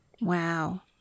Wow